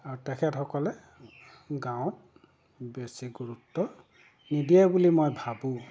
আৰু তেখেতসকলে গাঁৱত বেছি গুৰুত্ব নিদিয়ে বুলি মই ভাবোঁ